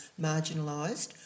marginalised